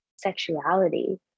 sexuality